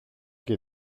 και